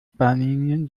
bahnlinien